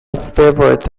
favourite